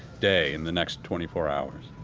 day, in the next twenty four hours?